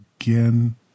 again